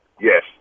Yes